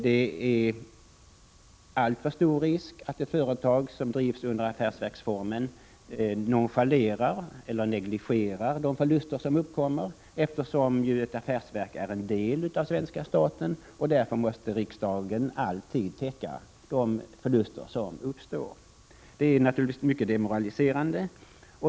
Det är alltför stor risk att ett företag som drivs i affärsverksform nonchalerar eller negligerar de förluster som uppkommer, eftersom ett affärsverk ju är en del av svenska staten — därför måste riksdagen alltid täcka de förluster som uppstår. Det är naturligtvis demoraliserande.